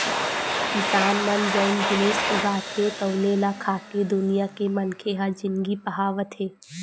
किसान मन जउन जिनिस उगाथे तउने ल खाके दुनिया के मनखे ह जिनगी पहावत हे